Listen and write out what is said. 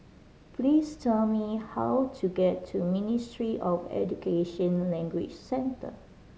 please tell me how to get to Ministry of Education Language Centre